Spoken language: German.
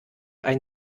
ein